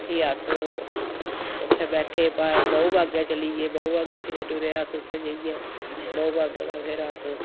फ्ही अस उत्थै बैठे बहुवागै चलियै बहुवागै फिरे टुरे अस उत्थै जेइयै बहुबागै दा फिर अस